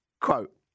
quote